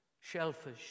Shellfish